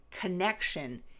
connection